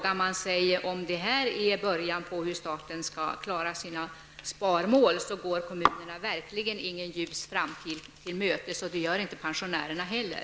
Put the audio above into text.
Om det är meningen att staten skall klara sina sparmål på detta sätt, går kommunerna verkligen ingen ljus framtid till mötes, och det gör inte pensionärerna heller.